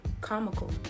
comical